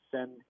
send